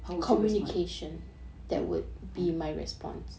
how would you respond